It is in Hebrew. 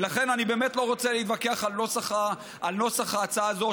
ולכן אני באמת לא רוצה להתווכח על נוסח ההצעה הזאת,